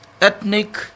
ethnic